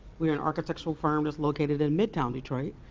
we are an architectural firm just located in midtown detroit.